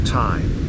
time